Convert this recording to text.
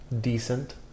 decent